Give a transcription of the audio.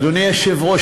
אדוני היושב-ראש,